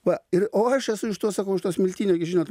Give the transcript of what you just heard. va ir o aš esu iš tos sakau iš tos miltinio gi žinot